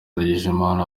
ndagijimana